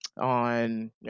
on